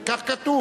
זה כך כתוב.